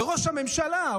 וראש הממשלה,